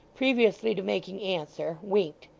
previously to making answer, winked.